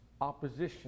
opposition